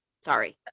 Sorry